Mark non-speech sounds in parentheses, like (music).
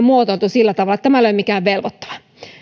(unintelligible) muotoiltu sillä tavalla että tämä ei ole mikään velvoittava